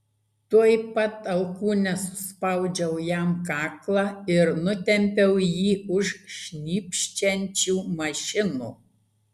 tuoj pat alkūne suspaudžiau jam kaklą ir nutempiau jį už šnypščiančių mašinų